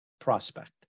prospect